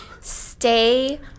Stay